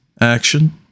action